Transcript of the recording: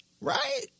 Right